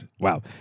Wow